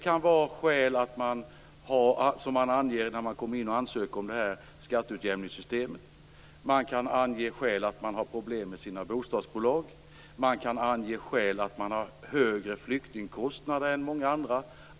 Som skäl kan anges skatteutjämningssystemet, problem med kommunens bostadsbolag, högre flyktingkostnader än andra kommuner.